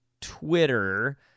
Twitter